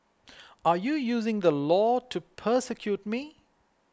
are you using the law to persecute me